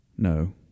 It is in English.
No